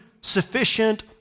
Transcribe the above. sufficient